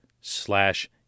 slash